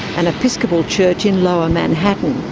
an episcopal church in lower manhattan.